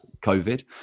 COVID